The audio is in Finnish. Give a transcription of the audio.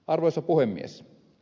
arvoisa puhemies